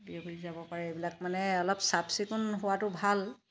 বিয়পি যাব পাৰে এইবিলাক মানে অলপ চাফ চিকুণ হোৱাতো ভাল